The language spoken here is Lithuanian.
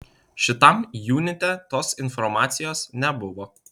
šitam junite tos informacijos nebuvo